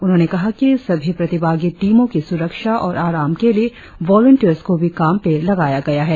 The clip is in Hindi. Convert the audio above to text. उन्होंने कहा कि सभी प्रतिभागी टीमों की सुरक्षा और आराम के लिए वोलुनटियरस को भी काम पे लगाया गया है